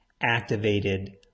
activated